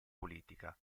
politica